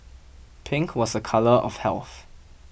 pink was a colour of health